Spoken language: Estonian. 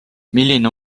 milline